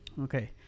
okay